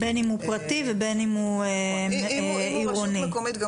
בין אם הוא פרטי ובין אם הוא עירוני.